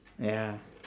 ya